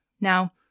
Now